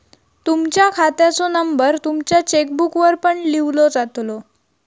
तुमच्या खात्याचो नंबर तुमच्या चेकबुकवर पण लिव्हलो जातलो